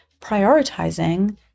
prioritizing